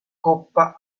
coppa